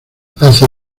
hace